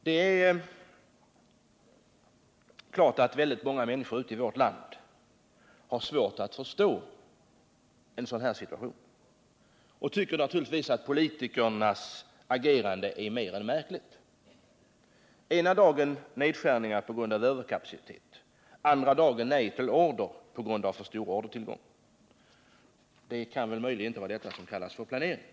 Det är klart att väldigt många människor ute i vårt land har svårt att förstå en sådan här situation, och man tycker naturligtvis att politikernas agerande är mer än märkligt. Ena dagen nedskärningar på grund av överkapacitet — andra dagen nej till order på grund av för stor ordertillgång. Det kan väl inte vara detta som kallas planering.